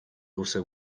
also